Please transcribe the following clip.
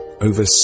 Over